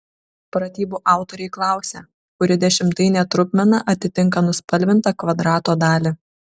pratybų autoriai klausia kuri dešimtainė trupmena atitinka nuspalvintą kvadrato dalį